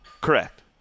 Correct